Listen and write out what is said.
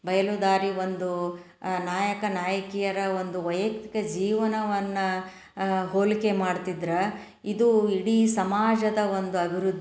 ಬಯಲುದಾರಿ ಒಂದು ನಾಯಕ ನಾಯಕಿಯರ ಒಂದು ವೈಯಕ್ತಿಕ ಜೀವನವನ್ನು ಹೋಲಿಕೆ ಮಾಡ್ತಿದ್ರೆ ಇದು ಇಡೀ ಸಮಾಜದ ಒಂದು ಅಭಿವೃದ್ಧಿ